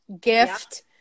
gift